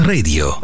Radio